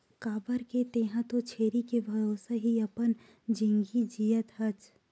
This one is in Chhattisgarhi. काबर के तेंहा तो छेरी के भरोसा ही अपन जिनगी जियत हस